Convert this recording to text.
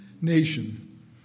nation